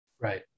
Right